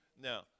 Now